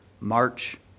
March